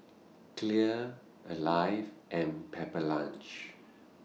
Clear Alive and Pepper Lunch